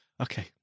Okay